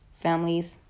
families